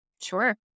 Sure